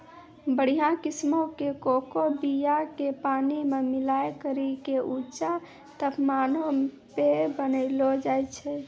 बढ़िया किस्मो के कोको बीया के पानी मे मिलाय करि के ऊंचा तापमानो पे बनैलो जाय छै